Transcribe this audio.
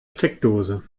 steckdose